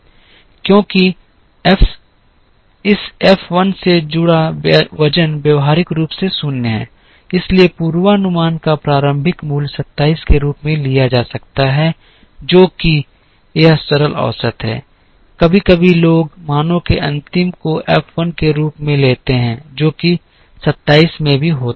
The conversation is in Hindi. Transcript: क्योंकि इस एफ 1 से जुड़ा वजन व्यावहारिक रूप से 0 है इसलिए पूर्वानुमान का प्रारंभिक मूल्य 27 के रूप में लिया जा सकता है जो कि यह सरल औसत है कभी कभी लोग मानों के अंतिम को एफ 1 के रूप में लेते हैं जो कि 27 में भी होता है